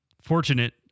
fortunate